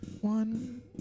One